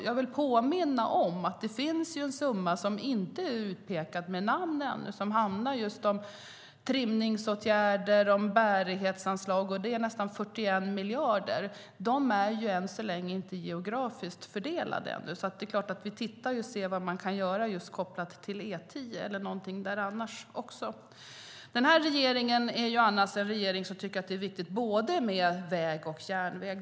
Jag vill påminna om att det finns en summa som inte är utpekad med namn ännu och som handlar just om trimningsåtgärder och bärighetsanslag. Det är nästan 41 miljarder, som än så länge inte är geografiskt fördelade. Vi tittar på detta och ser vad man kan göra kopplat till E10 eller någonting annat där. Den här regeringen är en regering som tycker att det är viktigt med både väg och järnväg.